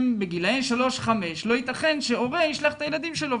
5-3 לא יתכן שהורה לא ישלח את הילדים שלו,